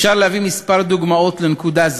אפשר להביא כמה דוגמאות לנקודה זו,